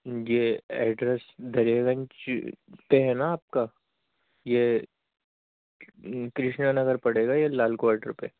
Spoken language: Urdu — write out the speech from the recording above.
یہ ایڈریس دریا گنج پے ہے نا آپ کا یہ کرشنا نگر پڑے گا یہ لال کوارٹر پہ